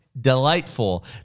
Delightful